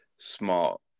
Smart